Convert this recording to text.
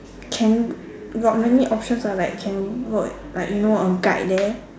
can got many options ah like can work like you know a guide there